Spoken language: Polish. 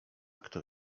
kto